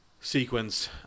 sequence